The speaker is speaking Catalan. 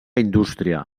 indústria